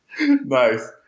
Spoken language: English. Nice